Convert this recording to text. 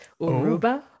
Uruba